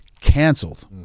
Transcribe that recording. canceled